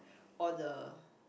all the